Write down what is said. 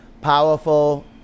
powerful